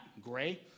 gray